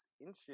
inches